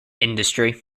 industry